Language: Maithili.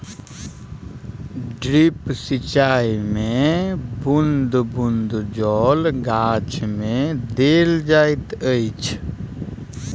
ड्रिप सिचाई मे बूँद बूँद जल गाछ मे देल जाइत अछि